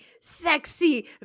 sexy